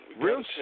Real